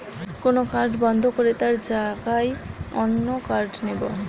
কোন কার্ড বন্ধ করে তার জাগায় অন্য কার্ড নেব